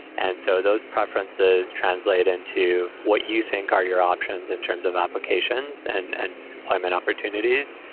and so those preferences translate into what you think are your options in terms of applications and and employment opportunities.